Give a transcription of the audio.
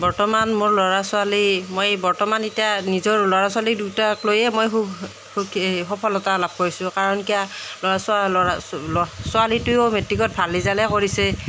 বৰ্তমান মোৰ ল'ৰা ছোৱালী মই বৰ্তমান এতিয়া নিজৰ ল'ৰা ছোৱালী দুটাক লৈয়ে মই সুখী সফলতা লাভ কৰিছোঁ কাৰণ কিয় ছোৱালীটোও মেট্ৰিকত ভাল ৰিজাল্টেই কৰিছে